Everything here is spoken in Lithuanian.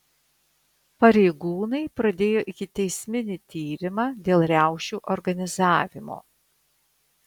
pareigūnai pradėjo ikiteisminį tyrimą dėl riaušių organizavimo